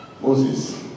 Moses